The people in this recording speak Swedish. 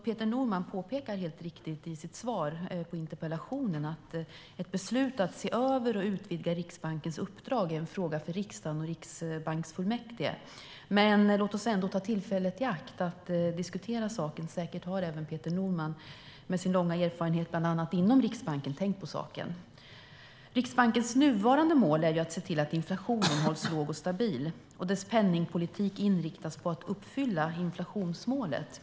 Peter Norman påpekar helt riktigt i sitt svar på interpellationen att ett beslut att se över och utvidga Riksbankens uppdrag är en fråga för riksdagen och riksbanksfullmäktige. Men låt oss ändå ta tillfället i akt att diskutera saken. Säkert har även Peter Norman med sin långa erfarenhet, bland annat inom Riksbanken, tänkt på saken. Riksbankens nuvarande mål är att se till att inflationen hålls låg och stabil. Dess penningpolitik inriktas på att uppfylla inflationsmålet.